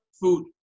food